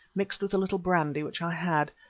mixed with a little brandy which i had.